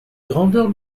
grandeur